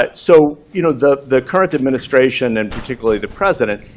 but so you know the the current administration, and particularly the president,